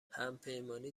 همپیمانی